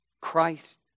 Christ